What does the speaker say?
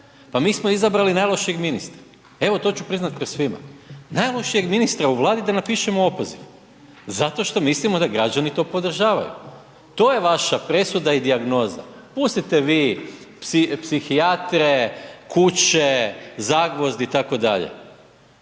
Pa mi smo izabrali najlošijeg ministra, evo to ću priznati pred svima, najlošijeg ministra u Vladi da napišemo opoziv, zato što mislimo da građani to podržavaju. To je vaša presuda i dijagnoza. Pustite vi psihijatre, kuće, Zagvozd itd.,